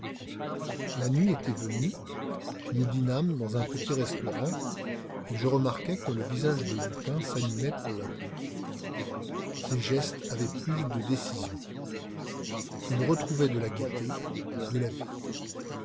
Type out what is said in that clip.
la nuit était venue nous dînâmes dans un petit restaurant et je remarquai que le visage de lupin s'animait peu à peu ses gestes avaient plus de décision il retrouvait de la gaieté de la vie